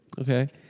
Okay